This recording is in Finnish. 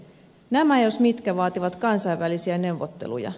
nämä jos mitkä vaativat kansainvälisiä neuvotteluja